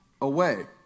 away